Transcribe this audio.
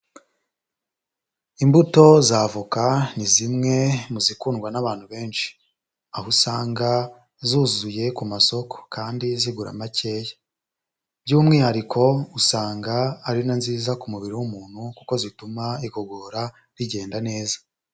Imbuto za avoka ni zimwe mu zikundwa n'abantu benshi, aho usanga zuzuye ku masoko kandi zigura makeya by'umwihariko usanga ari na nziza ku mubiri w'umuntu, kuko zituma igogora rigenda neza.